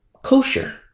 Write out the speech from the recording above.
Kosher